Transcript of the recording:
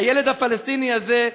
הילד הפלסטיני הזה,